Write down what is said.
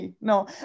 no